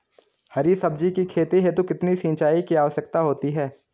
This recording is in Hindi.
हरी सब्जी की खेती हेतु कितने सिंचाई की आवश्यकता होती है?